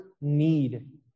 need